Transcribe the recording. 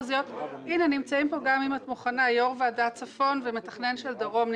נמצאים פה יו"ר ועדת צפון ומתכנן של דרום,